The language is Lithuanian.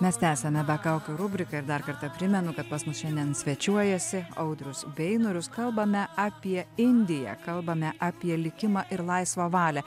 mes tęsiame be kaukių rubriką ir dar kartą primenu kad pas mus šiandien svečiuojasi audrius beinorius kalbame apie indiją kalbame apie likimą ir laisvą valią